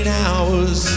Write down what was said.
hours